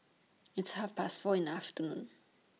its Half Past four in The afternoon